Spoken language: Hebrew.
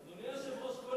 אדוני היושב-ראש,